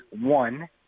one